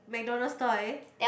MacDonald's toy